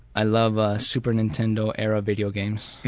i love super nintendo era video games.